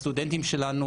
הסטודנטים שלנו,